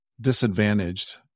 disadvantaged